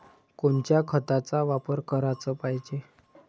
कोनच्या खताचा वापर कराच पायजे?